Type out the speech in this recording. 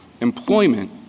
employment